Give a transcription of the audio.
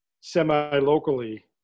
semi-locally